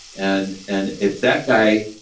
and and if that guy,